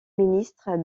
ministre